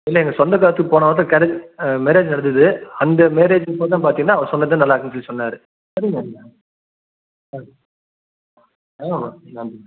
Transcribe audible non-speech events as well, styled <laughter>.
இல்லை எங்கள் சொந்தகாருக்கு போன வாரம் <unintelligible> மேரேஜ் நடந்தது அந்த மேரேஜ் <unintelligible> பார்த்திங்கன்னா அவர் சொன்னது தான் நல்லா இருக்குன்னு சொல்லி சொன்னார் <unintelligible> ஆ <unintelligible>